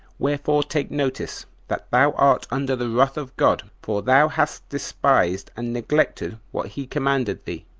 wherefore take notice, that thou art under the wrath of god, for thou hast despised and neglected what he commanded thee.